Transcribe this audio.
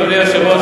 אדוני היושב-ראש,